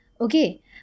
Okay